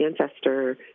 ancestor